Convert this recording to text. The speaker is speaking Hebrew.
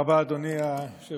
תודה רבה, אדוני היושב-ראש.